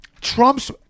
Trump's